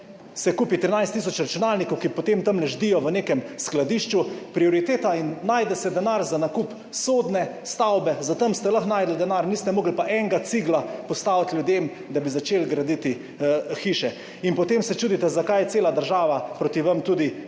se kupi 13 tisoč računalnikov, ki potem tamle ždijo v nekem skladišču. Prioriteta. In najde se denar za nakup sodne stavbe, za to ste lahko našli denar, niste pa mogli enega cigla postaviti ljudem, da bi začeli graditi hiše. In potem se čudite, zakaj cela država proti vam protestira,